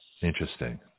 Interesting